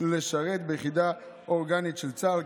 לשרת ביחידה אורגנית של צה"ל.